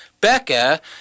Becca